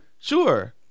sure